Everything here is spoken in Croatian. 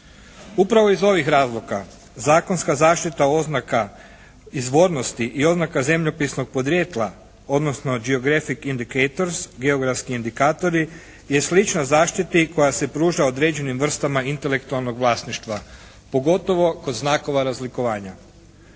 Upravo iz ovih razloga zakonska zaštita oznaka izvornosti i oznaka zemljopisnog podrijetla odnosno geografic indicators, geografski indikatori je slična zaštiti koja se pruža određenim vrstama intelektualnog vlasništva. Pogotovo kod znakova razlikovanja.